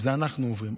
אנחנו עוברים,